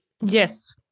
Yes